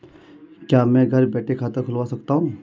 क्या मैं घर बैठे खाता खुलवा सकता हूँ?